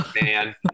man